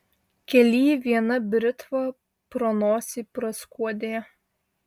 kely viena britva pro nosį praskuodė